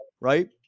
right